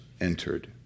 entered